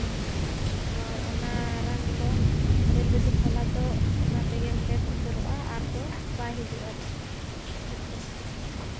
ᱚᱱᱟ ᱨᱟᱱ ᱫᱚ ᱟᱹᱭᱩᱨᱵᱮᱫᱤᱠ ᱵᱟᱞᱟ ᱫᱚ ᱚᱱᱟ ᱛᱮᱜᱮᱢ ᱵᱮᱥ ᱩᱛᱟᱹᱨᱚᱜᱼᱟ ᱟᱨ ᱫᱚ ᱵᱟᱭ ᱦᱤᱡᱩᱜᱼᱟ ᱦᱟᱹᱥᱩ ᱠᱚ